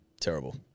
Terrible